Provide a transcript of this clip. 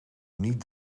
niet